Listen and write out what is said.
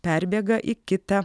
perbėga į kitą